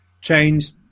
change